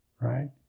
right